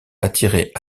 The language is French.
attirait